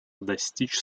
достичь